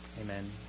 Amen